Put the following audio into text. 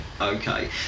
Okay